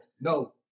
no